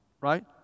Right